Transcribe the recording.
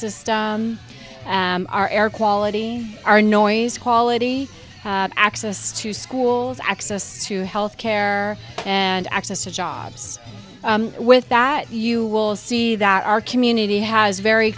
system our air quality our noise quality access to schools access to health care and access to jobs with that you will see that our community has very